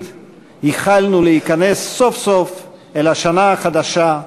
ייחלנו להיכנס סוף-סוף אל השנה החדשה,